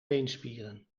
beenspieren